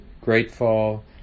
grateful